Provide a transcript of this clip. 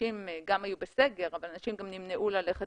אנשים גם היו בסגר אבל גם נמנעו ללכת